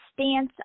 stance